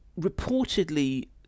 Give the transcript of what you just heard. Reportedly